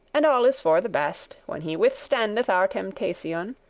and all is for the best, when he withstandeth our temptation,